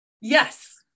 Yes